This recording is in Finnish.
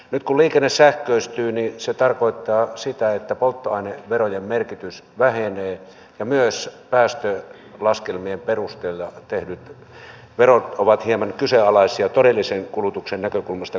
nyt kun liikenne sähköistyy se tarkoittaa sitä että polttoaineverojen merkitys vähenee ja myös päästölaskelmien perusteella tehdyt verot ovat hieman kyseenalaisia todellisen kulutuksen näkökulmasta katsottuna